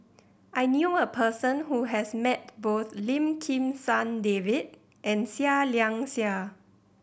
I knew a person who has met both Lim Kim San David and Seah Liang Seah